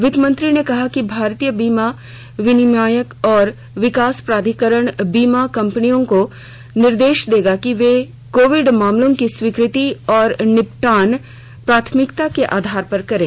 वित्त मंत्री ने कहा कि भारतीय बीमा विनियामक और विकास प्राधिकरण बीमा कंपनियों को निर्देश देगा कि वे कोविड मामलों की स्वीकृति और निपटान प्राथमिकता के आधार पर करे